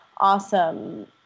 awesome